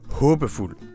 håbefuld